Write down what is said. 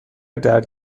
درد